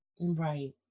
Right